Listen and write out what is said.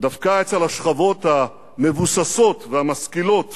דווקא אצל השכבות המבוססות והמשכילות